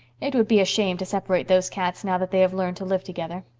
it would be a shame to separate those cats now that they have learned to live together.